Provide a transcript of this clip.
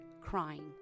crying